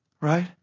Right